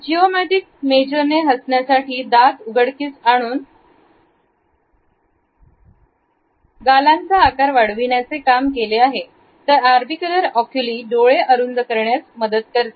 जिओ मॅटिक मेजरने हसण्यासाठी दात उघडकीस आणून गालांचा आकार वाढविण्याचे काम केले आहे तर आर बी कलर ऑक्युली डोळे अरुंद करण्यास मदत करते